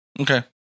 Okay